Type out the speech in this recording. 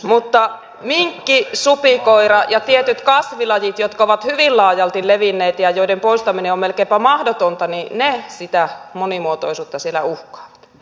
mutta minkki supikoira ja tietyt kasvilajit jotka ovat hyvin laajalti levinneitä ja joiden poistaminen on melkeinpä mahdotonta sitä monimuotoisuutta siellä uhkaavat